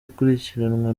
akurikirwa